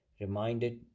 reminded